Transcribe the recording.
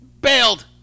bailed